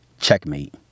Checkmate